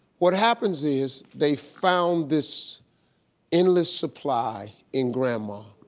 what happens is, they found this endless supply in grandma.